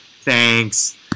Thanks